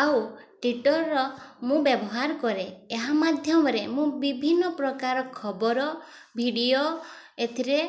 ଆଉ ଟ୍ୱିଟର ମୁଁ ବ୍ୟବହାର କରେ ଏହା ମାଧ୍ୟମରେ ମୁଁ ବିଭିନ୍ନ ପ୍ରକାର ଖବର ଭିଡ଼ିଓ ଏଥିରେ